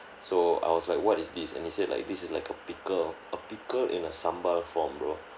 so I was like what is this and he said like this is like a pickle a pickle in a sambal form bro